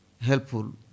helpful